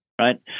Right